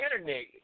Internet